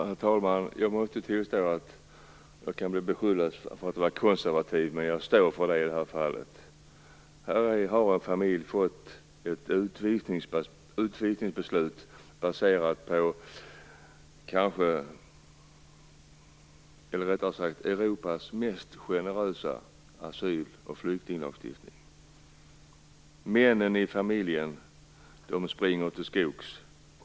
Herr talman! Jag måste tillstå att jag kan beskyllas för att vara konservativ, men jag står för det i det här fallet. Här har en familj fått ett utvisningsbeslut baserat på Europas mest generösa asyl och flyktinglagstiftning. Männen i familjen springer till skogs.